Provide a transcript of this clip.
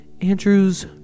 Andrew's